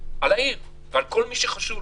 על העיר ועל כל מי שחשוב.